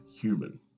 human